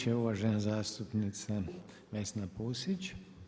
će uvažena zastupnica Vesna Pusić.